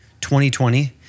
2020